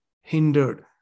hindered